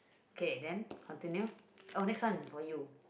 okay then continue oh next one for you